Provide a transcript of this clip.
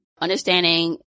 understanding